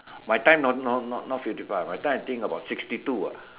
my time not not fifty five my time I think about sixty two ah